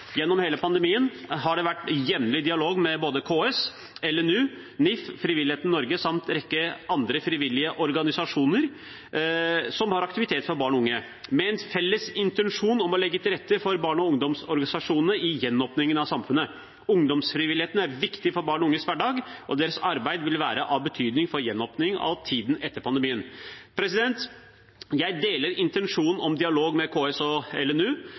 Gjennom hele pandemien har det vært jevnlig dialog med både KS, LNU, Norges idrettsforbund og olympiske og paralympiske komité, NIF, og Frivillighet Norge samt en rekke andre frivillige organisasjoner som har aktiviteter for barn og unge. Vi har en felles intensjon om å legge til rette for barne- og ungdomsorganisasjonene i gjenåpningen av samfunnet. Ungdomsfrivilligheten er viktig for barn og unges hverdag, og deres arbeid vil være av betydning for gjenåpningen og tiden etter pandemien. Jeg deler intensjonen om dialog med KS og